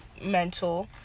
mental